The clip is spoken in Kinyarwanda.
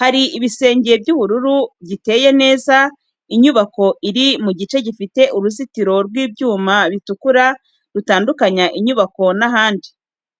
Hari igisenge cy’ubururu giteye neza. Inyubako iri mu gice gifite uruzitiro rw’ibyuma bitukura rutandukanya inyubako n’ahandi.